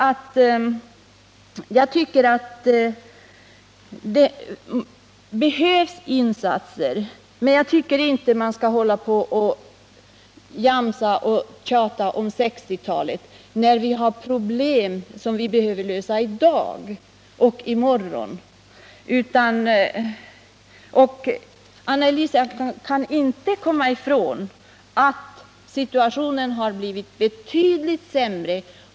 Insatser behövs, men jag tycker inte att man skall jamsa och tjata om 1960-talet, när det finns problem som behöver lösas i dag och i morgon. Anna Eliasson kan inte komma ifrån att situationen har blivit betydligt sämre.